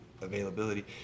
availability